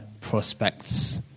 prospects